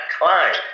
climb